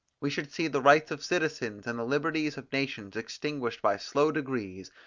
we should see the rights of citizens, and the liberties of nations extinguished by slow degrees,